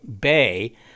Bay